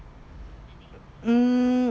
mm